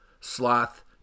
sloth